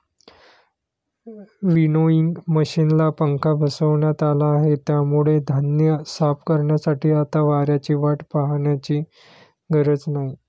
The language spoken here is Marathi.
विनोइंग मशिनला पंखा बसवण्यात आला आहे, त्यामुळे धान्य साफ करण्यासाठी आता वाऱ्याची वाट पाहण्याची गरज नाही